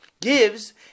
gives